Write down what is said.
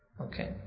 Okay